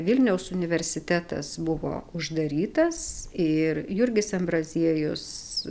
vilniaus universitetas buvo uždarytas ir jurgis ambraziejus